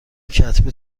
کتبی